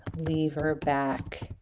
lever back